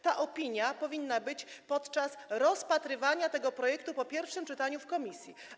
Ta opinia powinna być podczas rozpatrywania tego projektu po pierwszym czytaniu w komisji.